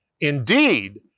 Indeed